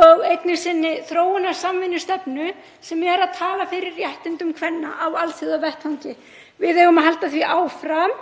og einnig sinni þróunarsamvinnustefnu sem er að tala fyrir réttindum kvenna á alþjóðavettvangi. Við eigum að halda því áfram